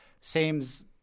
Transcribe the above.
seems